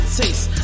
taste